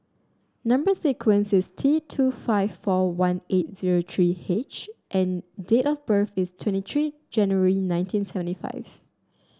number sequence is T two five four one eight zero three H and date of birth is twenty three January nineteen seventy five